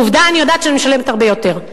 בעובדה אני יודעת שאני משלמת הרבה יותר.